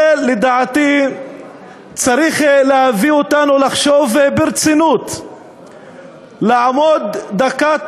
זה לדעתי צריך להביא אותנו לחשוב ברצינות לעמוד דקת